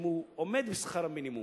אם הוא עומד בשכר המינימום,